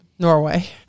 Norway